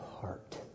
heart